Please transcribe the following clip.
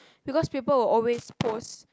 because people will always post